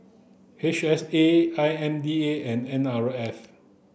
H S A I M D A and N R F